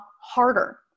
harder